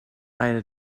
eine